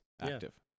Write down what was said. active